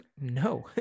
No